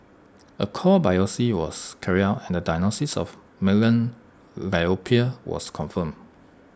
A core biopsy was carried out and the diagnosis of malignant lymphoma was confirmed